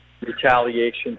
retaliation